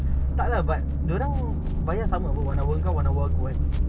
tak lah but dia orang bayar sama apa one hour engkau one hour aku kan